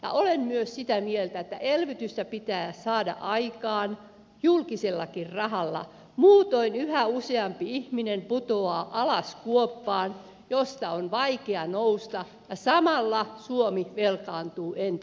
olen myös sitä mieltä että elvytystä pitää saada aikaan julkisellakin rahalla muutoin yhä useampi ihminen putoaa alas kuoppaan josta on vaikea nousta ja samalla suomi velkaantuu entisestään